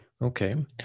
Okay